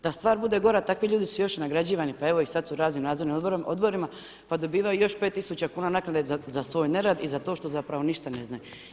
Da stvar bude gora, takvi ljudi su još i nagrađivani pa evo sad su u raznim nadzornim odborima pa dobivaju još 5000 kuna naknade za svoj nerad i za to što zapravo ništa ne znaju.